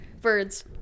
Birds